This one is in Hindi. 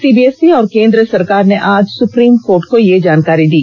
सीबीएसई और केंद्र सरकार ने आज सुप्रीम कोर्ट को यह जानकारी दी